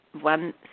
One